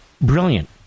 brilliant